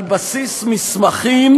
על בסיס מסמכים